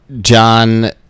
John